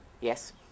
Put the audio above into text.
Yes